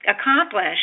accomplish